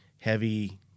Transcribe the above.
heavy